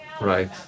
Right